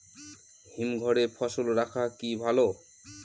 হিমঘরে ফসল রাখা কি ভালো?